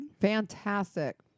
Fantastic